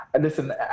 listen